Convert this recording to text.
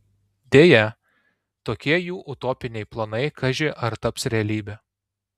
deja tokie jų utopiniai planai kaži ar taps realybe